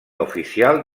oficial